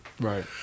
Right